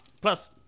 plus